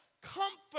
comfort